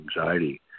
anxiety